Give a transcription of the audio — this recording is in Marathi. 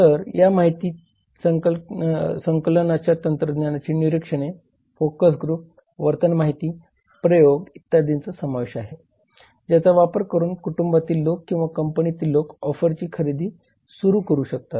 तर या माहिती संकलनाच्या तंत्रात निरीक्षणे फोकस ग्रुप वर्तन माहिती प्रयोग इत्यादींचा समावेश आहे ज्याचा वापर करून कुटुंबातील लोक किंवा कंपनीतील लोक ऑफरची खरेदी सुरू करू शकतात